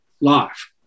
life